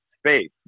space